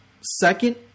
second